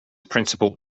principal